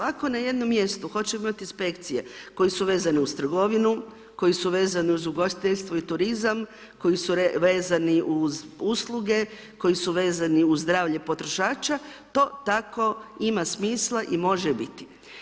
Ako na jednom mjestu hoćemo imati inspekcije koje su vezane uz trgovinu, koje su vezane uz ugostiteljstvo i turizam, koji su vezani uz usluge, koji su vezani uz zdravlje potrošača to tako ima smisla i može biti.